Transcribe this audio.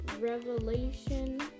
Revelation